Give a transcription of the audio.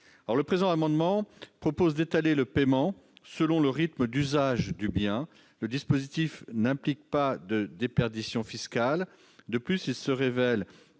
le présent amendement, d'étaler le paiement selon le rythme d'usage du bien. Le dispositif n'implique pas de déperdition fiscale. De plus, il se révèle